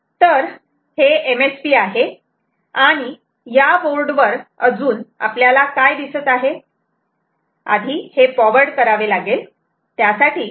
तर हे MSP आहे आणि या बोर्ड वर अजून आपल्याला काय दिसत आहे हे पॉवर्ड करावे लागेल